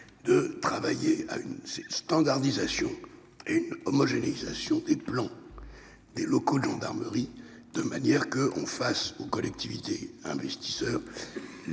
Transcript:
de travailler à une standardisation et à une homogénéisation des plans des locaux de gendarmerie, de sorte que les collectivités investisseuses